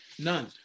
None